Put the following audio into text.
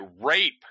rape